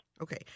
Okay